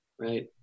right